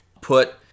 put